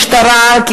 משטרה,